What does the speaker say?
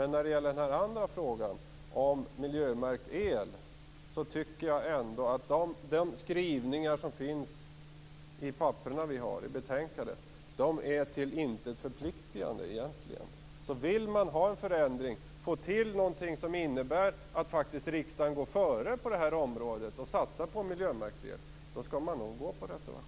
När det gäller frågan om miljömärkt el tycker jag ändå att den skrivning som finns i betänkandet är till intet förpliktande. Om man vill ha en förändring till stånd och få till ett beslut som innebär att riksdagen går före på detta område och satsar på miljömärkt el skall man nog yrka bifall till reservationen.